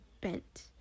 bent